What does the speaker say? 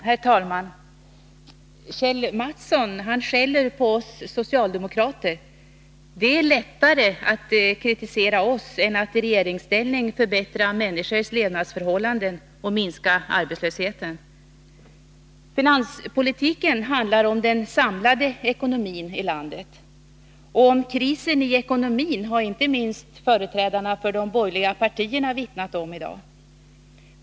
Herr talman! Kjell Mattson skäller på oss socialdemokrater. Det är lättare att kritisera oss än att i regeringsställning förbättra människors levnadsförhållanden och minska arbetslösheten. Finanspolitiken handlar om den samlade ekonomin i landet. Och om krisen i ekonomin har inte minst företrädarna för de borgerliga partierna vittnat i dag.